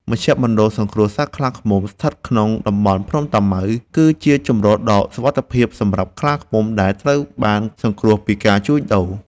មជ្ឈមណ្ឌលសង្គ្រោះសត្វខ្លាឃ្មុំ ស្ថិតក្នុងតំបន់ភ្នំតាម៉ៅ គឺជាជម្រកដ៏សុវត្ថិភាពសម្រាប់ខ្លាឃ្មុំដែលត្រូវបានសង្គ្រោះពីការជួញដូរ។